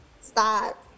start